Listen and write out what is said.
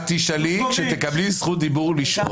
את תשאלי כשתקבלי זכות דיבור לשאול.